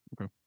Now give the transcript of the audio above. Okay